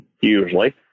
Usually